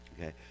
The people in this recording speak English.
Okay